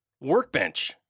workbench